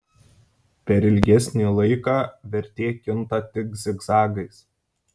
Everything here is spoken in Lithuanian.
per ilgesnį laiką vertė kinta tik zigzagais